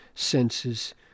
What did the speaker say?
senses